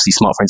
smartphones